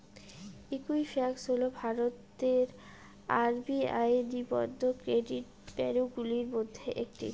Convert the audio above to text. Equifax হল ভারতের RBI নিবন্ধিত ক্রেডিট ব্যুরোগুলির মধ্যে একটি